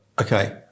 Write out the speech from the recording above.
Okay